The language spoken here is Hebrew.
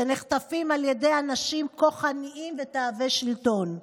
שנחטפים על ידי אנשים כוחניים ותאבי שלטון.